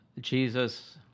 Jesus